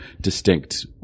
distinct